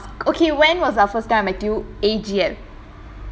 very ons okay when was the first time I met you A_G_M